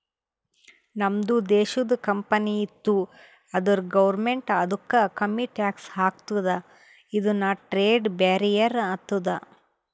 ನಮ್ದು ದೇಶದು ಕಂಪನಿ ಇತ್ತು ಅಂದುರ್ ಗೌರ್ಮೆಂಟ್ ಅದುಕ್ಕ ಕಮ್ಮಿ ಟ್ಯಾಕ್ಸ್ ಹಾಕ್ತುದ ಇದುನು ಟ್ರೇಡ್ ಬ್ಯಾರಿಯರ್ ಆತ್ತುದ